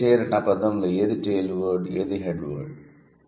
'high chair' అన్న పదంలో ఏది 'టెయిల్ వర్డ్' ఏది 'హెడ్ వర్డ్'